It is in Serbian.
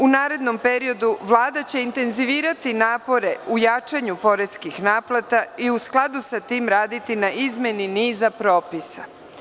U narednom periodu Vlada će intenzivirati napore u jačanju poreskih naplata i u skladu sa tim raditi na izmeni niza propisa.